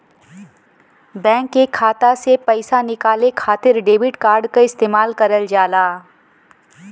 bank के खाता से पइसा निकाले खातिर डेबिट कार्ड क इस्तेमाल करल जाला